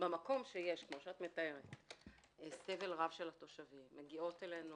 במקום שיש סבל רב של התושבים, מגיעות אלינו